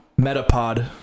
Metapod